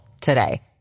today